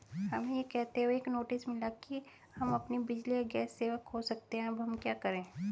हमें यह कहते हुए एक नोटिस मिला कि हम अपनी बिजली या गैस सेवा खो सकते हैं अब हम क्या करें?